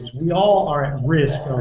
we all are at risk